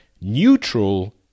neutral